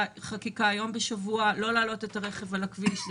חקיקה יום בשבוע לא נעלה את הרכב על הכביש.